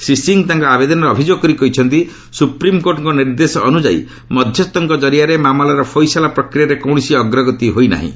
ଶ୍ରୀ ସିଂ ତାଙ୍କ ଆବେଦନରେ ଅଭିଯୋଗ କରି କହିଛନ୍ତି ସୁପ୍ରିମକୋର୍ଟଙ୍କ ନିର୍ଦ୍ଦେଶ ଅନୁଯାୟୀ ମଧ୍ୟସ୍ଥଙ୍କ ଜରିଆରେ ମାମଲାର ଫଇସଲା ପ୍ରକ୍ରିୟାରେ କୌଣସି ଅଗ୍ରଗତି ହୋଇନାହିଁ